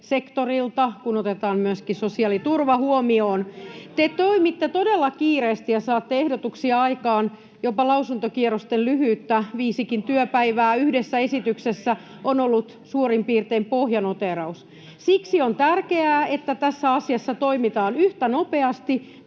sote-sektorilta, kun otetaan myöskin sosiaaliturva huomioon. Te toimitte todella kiireesti ja saatte ehdotuksia aikaan, jopa lausuntokierrosten lyhyyttä. Viisikin työpäivää yhdessä esityksessä on ollut suurin piirtein pohjanoteeraus. Siksi on tärkeää, että tässä asiassa toimitaan yhtä nopeasti